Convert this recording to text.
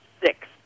six